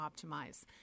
optimize